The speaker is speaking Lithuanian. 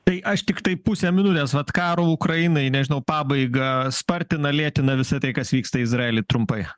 tai aš tiktai pusę minutės vat karo ukrainai nežinau pabaigą spartina lėtina visa tai kas vyksta izraely trumpai